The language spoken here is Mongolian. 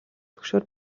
түгшүүр